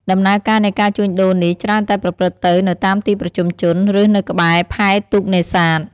ដំណើរការនៃការជួញដូរនេះច្រើនតែប្រព្រឹត្តទៅនៅតាមទីប្រជុំជន ឬនៅក្បែរផែទូកនេសាទ។